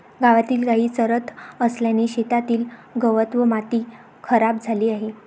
गावातील गायी चरत असल्याने शेतातील गवत व माती खराब झाली आहे